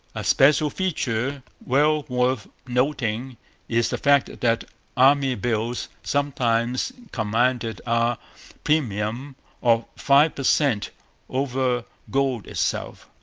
a special feature well worth noting is the fact that army bills sometimes commanded a premium of five per cent over gold itself,